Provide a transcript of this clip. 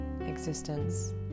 existence